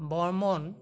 Barman